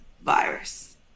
virus